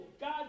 God